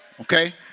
Okay